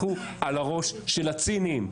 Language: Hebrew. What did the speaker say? לכו על הראש של הציניים,